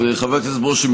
חבר הכנסת ברושי,